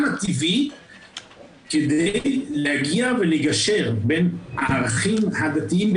הטבעית כדי להגיע ולגשר בין הערכים הדתיים,